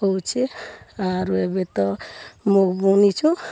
ହେଉଛେ ଆର୍ ଏଭେ ତ ମୁଗ୍ ବୁନିଛୁଁ